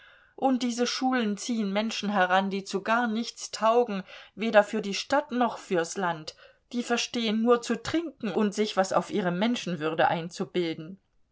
und diese schulen ziehen menschen heran die zu gar nichts taugen weder für die stadt noch fürs land die verstehen nur zu trinken und sich was auf ihre menschenwürde einzubilden